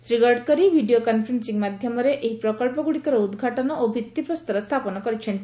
Shri Gadkari video conferencing ମାଧ୍ୟମରେ ଏହି ପ୍ରକଳ୍ପଗୁଡ଼ିକର ଉଦ୍ଘାଟନ ଓ ଭିଭି ପ୍ରସ୍ତର ସ୍ଥାପନ କରିଛନ୍ତି